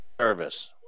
service